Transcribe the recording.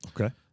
Okay